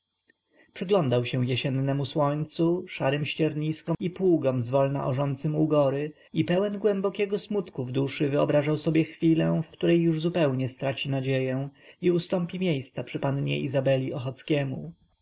przyglądał się jesiennemu słońcu szarym ścierniskom i pługom zwolna orzącym ugory i pełen głębokiego smutku w duszy wyobrażał sobie chwilę w której już zupełnie straci nadzieję i ustąpi miejsca przy pannie izabeli